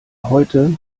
heute